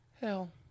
Hell